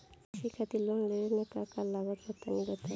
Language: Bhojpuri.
कृषि खातिर लोन लेवे मे का का लागत बा तनि बताईं?